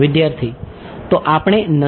વિદ્યાર્થી તો આપણે નથી